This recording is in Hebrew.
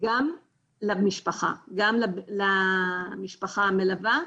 גם למשפחה המלווה,